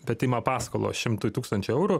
bet ima paskolą šimtui tūkstančių eurų